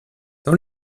dans